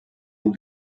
den